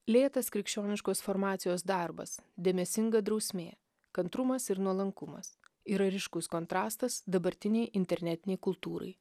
lėtas krikščioniškos formacijos darbas dėmesinga drausmė kantrumas ir nuolankumas yra ryškus kontrastas dabartinei internetinei kultūrai